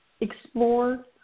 explore